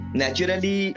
naturally